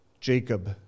Jacob